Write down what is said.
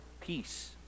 peace